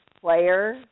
player